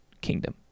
kingdom